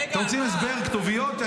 אתם רוצים הסבר עם כתוביות?